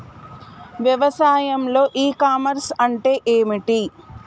వ్యవసాయంలో e commerce అంటే ఏమిటి?